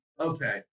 okay